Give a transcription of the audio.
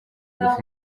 ngufu